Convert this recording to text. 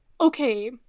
okay